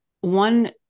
One